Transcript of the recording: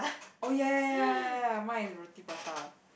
oh ya ya ya ya ya ya mine is roti prata